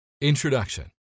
Introduction